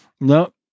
No